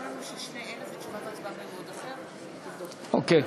פ/221/20, נספחות.] אנחנו ממשיכים בסדר-היום.